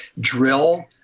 drill